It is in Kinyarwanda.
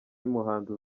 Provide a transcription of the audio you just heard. y’umuhanzi